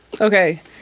Okay